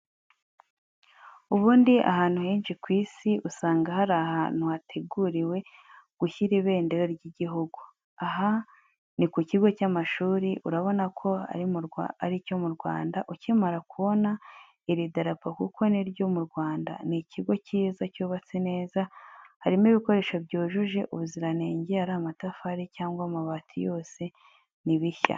Ubundi ahantu henshi ku isi usanga hari ahantu hateguriwe gushyira ibendera ry'igihugu. Aha ni ku kigo cy'amashuri, urabona ko ari cyo mu Rwanda, ukimara kubona iri darapo kuko n'iryo mu Rwanda. Ni ikigo cyiza cyubatse neza hariho ibikoresho byujuje ubuziranenge, ari amatafari cyangwa amabati byose ni bishya.